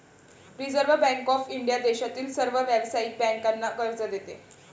reserve Bank of India देशातील सर्व व्यावसायिक बँकांना कर्ज देते